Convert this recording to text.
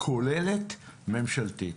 כוללת ממשלתית.